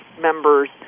members